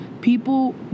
People